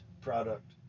product